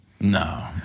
No